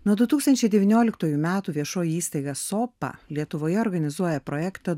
nuo du tūkstančiai devynioliktųjų metų viešoji įstaiga sopa lietuvoje organizuoja projektą